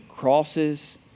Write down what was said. crosses